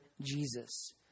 Jesus